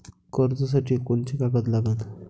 कर्जसाठी कोंते कागद लागन?